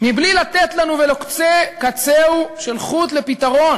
מבלי לתת לנו ולו קצה-קצהו של חוט לפתרון.